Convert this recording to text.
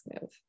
move